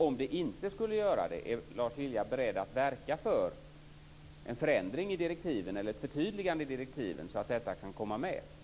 Är Lars Lilja beredd att verka för en förändring eller ett förtydligande i direktiven om frågan inte ingår i utredningen, så att den kan komma med?